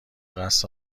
قصد